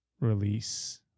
release